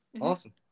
awesome